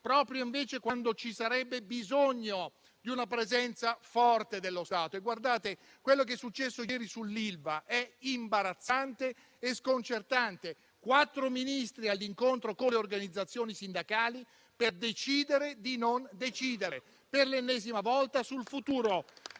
proprio quando ci sarebbe invece bisogno di una presenza forte dello Stato. Guardate, quello che è accaduto ieri sull'Ilva è imbarazzante e sconcertante: quattro Ministri all'incontro con le organizzazioni sindacali per decidere di non decidere, per l'ennesima volta, sul futuro